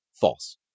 false